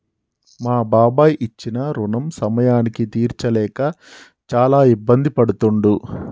మా బాబాయి ఇచ్చిన రుణం సమయానికి తీర్చలేక చాలా ఇబ్బంది పడుతుండు